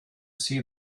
see